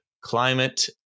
climate